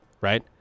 right